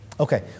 Okay